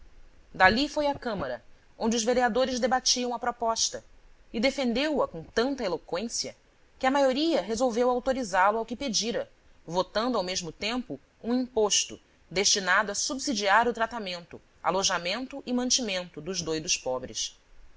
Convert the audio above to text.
dali foi à câmara onde os vereadores debatiam a proposta e defendeu a com tanta eloqüência que a maioria resolveu autorizá lo ao que pedira votando ao mesmo tempo um imposto destinado a subsidiar o tratamento alojamento e mantimento dos doidos pobres